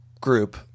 group